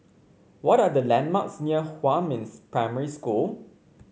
what are the landmarks near Huamin Primary School